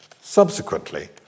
Subsequently